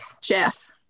Jeff